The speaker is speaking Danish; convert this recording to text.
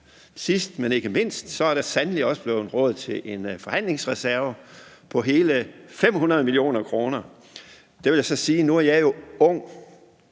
Sidst, men ikke mindst, er der sandelig også blevet råd til en forhandlingsreserve på hele 500 mio. kr. Der vil jeg så sige, at nu er jeg jo ung